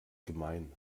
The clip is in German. gemein